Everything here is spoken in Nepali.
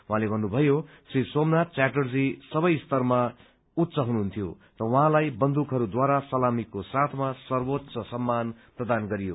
उहाँले भन्नुभयो श्री सोमनाथ च्याटर्जी सबै स्तरमा उच्च हुनुहुन्थ्यो र उहाँलाई बन्दुकहरूद्वारा सलामीको साथमा सर्वोच्च सम्मान गरियो